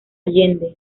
allende